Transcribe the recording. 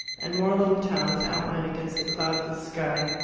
and more little towns outlined against the cloudless sky.